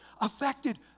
affected